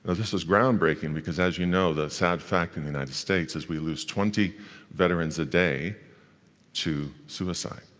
ah this was groundbreaking because as you know, the sad fact in the united states is we lose twenty veterans a day to suicide.